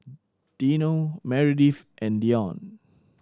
Dino Meredith and Deion